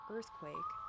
Earthquake